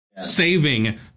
Saving